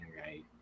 right